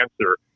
answer